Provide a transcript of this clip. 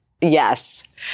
yes